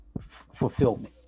fulfillment